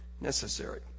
necessary